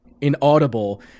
inaudible